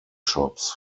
shops